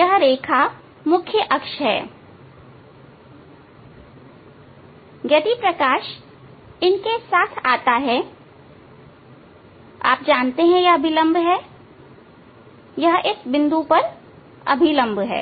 यह रेखा मुख्य अक्ष है और यदि प्रकाश इनके साथ आता है आप जानते हैं कि यह अभिलंब है यह इस बिंदु पर अभिलंब है